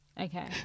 Okay